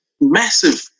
massive